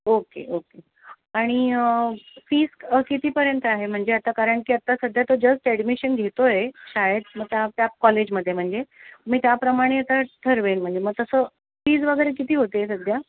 okay okay आणि fees कितीपर्यंत आहे म्हणजे आता कारण की आता सध्या तर जस्ट ॲडमिशन घेतो आहे शाळेत मग त्या त्या कॉलेजमध्ये म्हणजे मी त्याप्रमाणे आता ठरवेल म्हणजे मग तसं फीज वगैरे किती होते आहे सध्या